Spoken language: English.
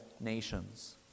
nations